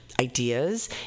ideas